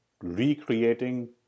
recreating